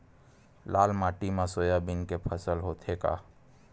लाल माटी मा सोयाबीन के फसल होथे का?